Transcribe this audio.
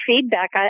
feedback